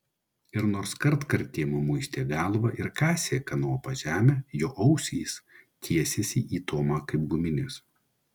ir nors kartkartėm muistė galvą ir kasė kanopa žemę jo ausys tiesėsi į tomą kaip guminės